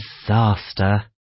disaster